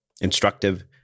instructive